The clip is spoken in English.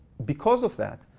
because of that,